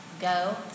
Go